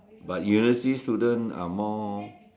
but university student are more